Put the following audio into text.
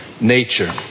nature